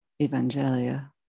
Evangelia